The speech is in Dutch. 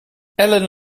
ellen